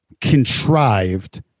contrived